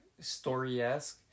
story-esque